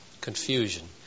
Confusion